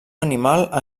animal